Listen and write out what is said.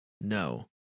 No